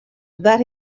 that